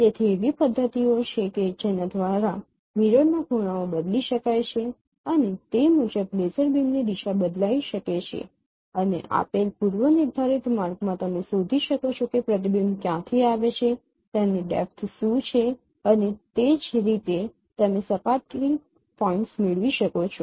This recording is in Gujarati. તેથી એવી પદ્ધતિઓ છે કે જેના દ્વારા મિરરના ખૂણાઓ બદલાઇ શકે છે અને તે મુજબ લેસર બીમની દિશા બદલાઈ શકે છે અને આપેલ પૂર્વનિર્ધારિત માર્ગમાં તમે શોધી શકો છો કે પ્રતિબિંબ ક્યાંથી આવે છે તેની ડેપ્થ શું છે અને તે જ રીતે તમે સપાટી પોઇન્ટ્સ મેળવી શકો છો